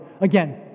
again